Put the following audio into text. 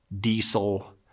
diesel